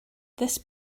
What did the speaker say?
this